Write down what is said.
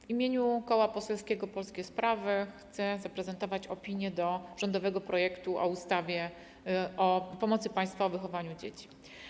W imieniu Koła Poselskiego Polskie Sprawy chcę zaprezentować opinię w sprawie rządowego projektu ustawy o pomocy państwa w wychowaniu dzieci.